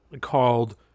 called